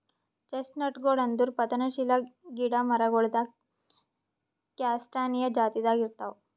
ಚೆಸ್ಟ್ನಟ್ಗೊಳ್ ಅಂದುರ್ ಪತನಶೀಲ ಗಿಡ ಮರಗೊಳ್ದಾಗ್ ಕ್ಯಾಸ್ಟಾನಿಯಾ ಜಾತಿದಾಗ್ ಇರ್ತಾವ್